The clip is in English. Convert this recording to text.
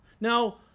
Now